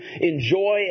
enjoy